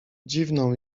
dziwną